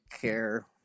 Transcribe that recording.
care